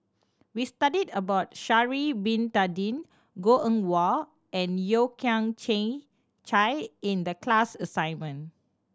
we studied about Sha'ari Bin Tadin Goh Eng Wah and Yeo Kian Chye in the class assignment